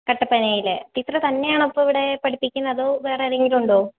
കട്ടപ്പനയിൽ ടീച്ചർ തന്നെയാണോ ഇപ്പം ഇവിടെ പഠിപ്പിക്കുന്നത് അതോ വേറെ ആരേങ്കിലും ഉണ്ടോ